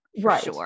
right